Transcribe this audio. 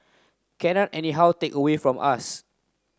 cannot anyhow take away from us